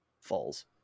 falls